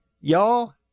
Y'all